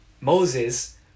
Moses